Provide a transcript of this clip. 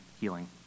healing